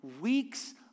weeks